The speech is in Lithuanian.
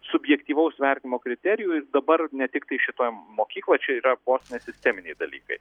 subjektyvaus vertinimo kriterijų ir dabar ne tiktai šitoj mokykloj čia yra vos ne sisteminiai dalykai